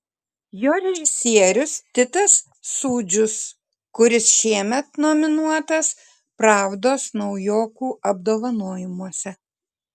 jo režisierius titas sūdžius kuris šiemet nominuotas pravdos naujokų apdovanojimuose